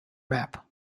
map